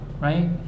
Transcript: right